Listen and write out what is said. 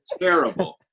terrible